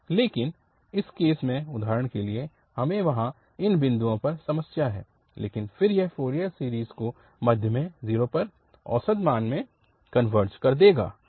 लेकिन इस केस में उदाहरण के लिए हमें वहां इन बिंदुओं पर समस्या है लेकिन फिर यह फ़ोरियर सीरीज़ को मध्य में 0 पर औसत मान में कनवर्ज कर देगा